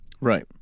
Right